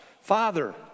Father